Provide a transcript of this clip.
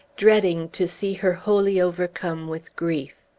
dreading to see her wholly overcome with grief.